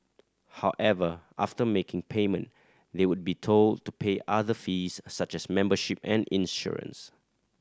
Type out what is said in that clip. however after making payment they would be told to pay other fees such as membership and insurance